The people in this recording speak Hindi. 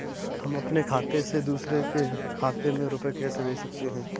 हम अपने खाते से दूसरे के खाते में रुपये कैसे भेज सकते हैं?